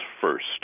first